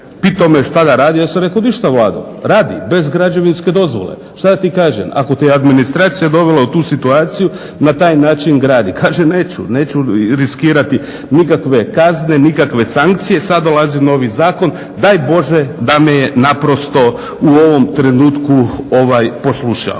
Pitao me je šta da radi, ja sam rekao ništa Vlado, radi bez građevinske dozvole. Šta da ti kažem? Ako te administracija dovela u tu situaciju na taj način gradi. Kaže, neću, neću riskirati nikakve kazne, nikakve sankcije. Sada dolazi novi zakon daj Bože da me je naprosto u ovom trenutku poslušao.